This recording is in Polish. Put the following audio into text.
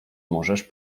możesz